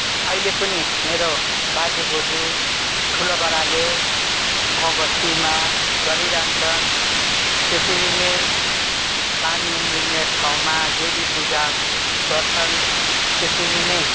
अहिले पनि मेरो बाजे बोज्यू ठुलो बडाले गाउँ बस्तीमा गरि रहन्छन् त्यसरी नै पानी उम्रिने ठाउँमा देवी पुजा गर्छन् त्यसरी नै